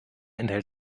enthält